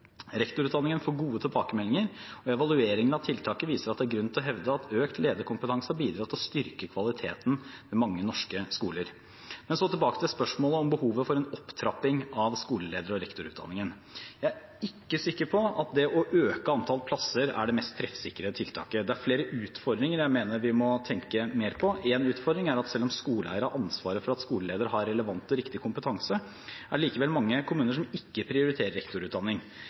Rektorutdanningen får gode tilbakemeldinger, og evalueringen av tiltaket viser at det er grunn til å hevde at økt lederkompetanse har bidratt til å styrke kvaliteten ved mange norske skoler. Men så tilbake til spørsmålet om behovet for en opptrapping av skoleleder- og rektorutdanningen. Jeg er ikke sikker på at det å øke antallet plasser er det mest treffsikre tiltaket. Det er flere utfordringer jeg mener vi må tenke mer på. En utfordring er at selv om skoleeier har ansvaret for at skoleleder har relevant og riktig kompetanse, er det likevel mange kommuner som ikke prioriterer rektorutdanning.